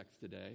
today